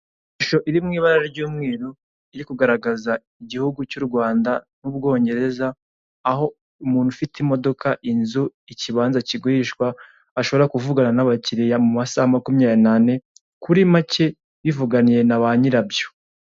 Ishusho iri mu ibara ry'umweru, iri kugaragaza igihugu cy'u Rwanda n'ubwongereza aho umuntu ufite imodoka inzu ikibanza kigurishwa ashobora kuvugana n'abakiliya mu masaha makumyabiri n'ane, kuri make bivuganiye na ba nyirabyo.